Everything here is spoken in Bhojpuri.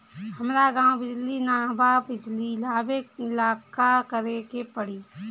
हमरा गॉव बिजली न बा बिजली लाबे ला का करे के पड़ी?